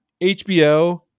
HBO